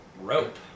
Rope